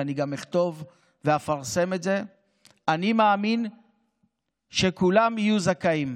ואני גם אכתוב ואפרסם את זה אני מאמין שכולם יהיו זכאים.